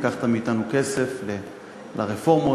לקחתָ מאתנו כסף לרפורמות,